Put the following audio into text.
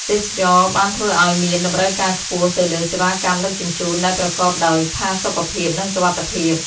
ទេសចរណ៍បានធ្វើឲ្យមានតម្រូវការខ្ពស់ទៅលើសេវាកម្មដឹកជញ្ជូនដែលប្រកបដោយផាសុកភាពនិងសុវត្ថិភាព។